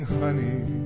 honey